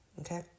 Okay